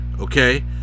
Okay